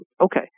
okay